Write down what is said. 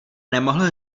nemohl